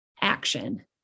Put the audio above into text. action